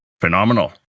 phenomenal